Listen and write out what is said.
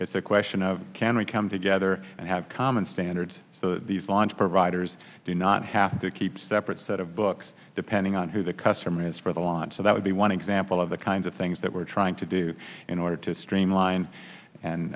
it's a question of can we come together and have common standards so these launch providers do not have to keep separate set of books depending on who the customer is for the launch so that would be one example of the kinds of things that we're trying to do in order to streamline and